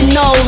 no